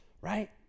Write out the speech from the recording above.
right